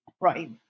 Right